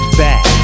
back